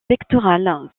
pectorales